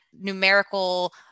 numerical